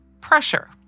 pressure